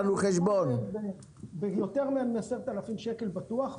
יותר מ-10,000 שקל בטוח.